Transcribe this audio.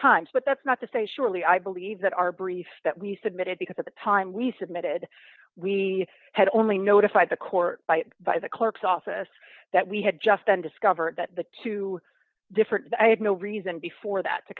times but that's not to say surely i believe that our brief that we submitted because at the time we submitted we had only notified the court by by the clerk's office that we had just then discovered that the two different i had no reason before that to